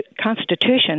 Constitution